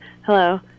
Hello